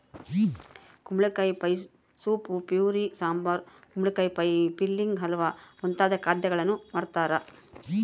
ಕುಂಬಳಕಾಯಿ pie soup puree sambar ಕುಂಬಳಕಾಯಿ pie filling halwa ಮುಂತಾದ ಖಾದ್ಯಗಳನ್ನು ಮಾಡ್ತಾರ